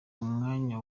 umwanya